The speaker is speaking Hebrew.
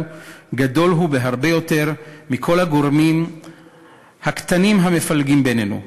גדול הוא בהרבה מכל הגורמים הקטנים המפלגים בינינו.